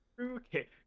Okay